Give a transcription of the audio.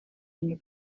unrhyw